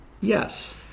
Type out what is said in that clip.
Yes